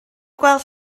gweld